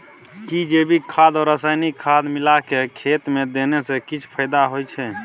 कि जैविक खाद आ रसायनिक खाद मिलाके खेत मे देने से किछ फायदा होय छै?